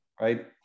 right